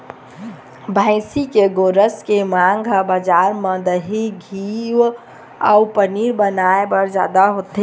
भइसी के गोरस के मांग ह बजार म दही, घींव अउ पनीर बनाए बर जादा होथे